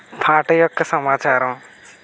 పాట యొక్క సమాచారం